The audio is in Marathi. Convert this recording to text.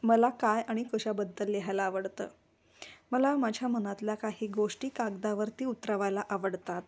मला काय आणि कशाबद्दल लिहायला आवडतं मला माझ्या मनातल्या काही गोष्टी कागदावरती उतरवायला आवडतात